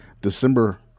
December